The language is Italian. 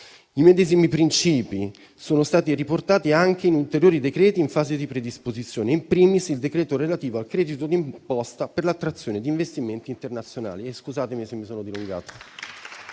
I medesimi principi sono stati riportati anche in ulteriori decreti in fase di predisposizione, *in primis* il decreto relativo al credito d'imposta per l'attrazione di investimenti internazionali.